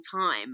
time